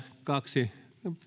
kaksi